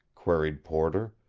queried porter.